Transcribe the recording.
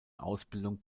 ausbildung